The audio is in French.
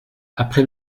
après